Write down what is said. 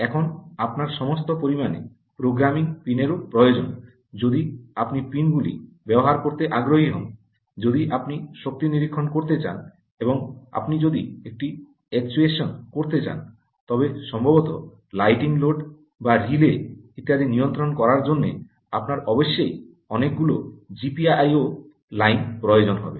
এখন আপনার পর্যাপ্ত পরিমাণে প্রোগ্রামিং পিনেরও প্রয়োজন যদি আপনি পিন গুলি ব্যবহার করতে আগ্রহী হন যদি আপনি শক্তি নিরীক্ষণ করতে চান এবং আপনি যদি একটি অ্যাকুয়েশন করতে চান তবে সম্ভবত লাইটিং লোড বা রিলে ইত্যাদি নিয়ন্ত্রণ করার জন্য আপনার অবশ্যই অনেকগুলি জিপিআইও লাইন প্রয়োজন হবে